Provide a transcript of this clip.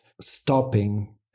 stopping